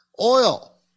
Oil